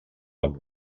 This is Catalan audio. amb